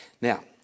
Now